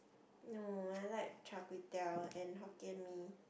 no I like char-kway-teow and hokkien mee